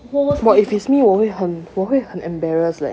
!wah! if is me 我会很我会很 embarrass leh